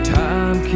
time